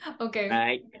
Okay